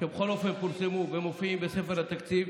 שבכל אופן פורסמו ומופיעים בספר התקציב